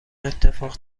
اتفاق